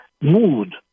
mood